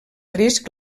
risc